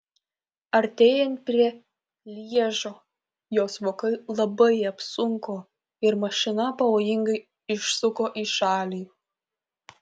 artėjant prie lježo jos vokai labai apsunko ir mašina pavojingai išsuko į šalį